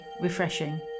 refreshing